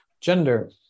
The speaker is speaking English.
gender